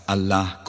Allah